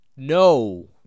No